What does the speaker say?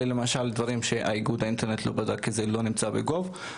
למשל דברים שאיגוד האינטרנט לא בדק כי זה לא נמצא ב-gov.il,